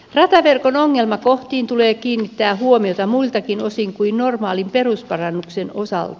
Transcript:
rataverkon ongelmakohtiin tulee kiinnittää huomiota muiltakin osin kuin normaalin perusparannuksen osalta